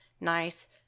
nice